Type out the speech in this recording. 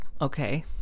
Okay